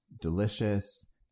delicious